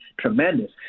tremendous